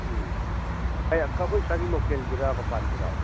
ꯎꯝ ꯑꯩꯈꯣꯏ ꯁ꯭ꯋꯥꯏꯒꯤ ꯂꯣꯀꯦꯜꯒꯤꯔ ꯃꯄꯥꯟꯒꯤꯔꯣ